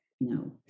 No